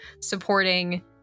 supporting